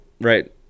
right